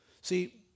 See